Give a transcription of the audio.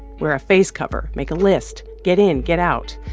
wear a face cover. make a list. get in, get out.